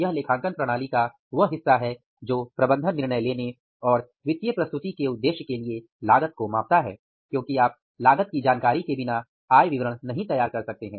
यह लेखांकन प्रणाली का वह हिस्सा है जो प्रबंधन निर्णय लेने और वित्तीय प्रस्तुति के उद्देश्य के लिए लागत को मापता है क्योंकि आप लागत की जानकारी के बिना आए विवरण नहीं तैयार कर सकते हैं